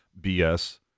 BS